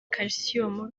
calcium